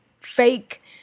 fake